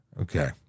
Okay